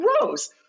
Gross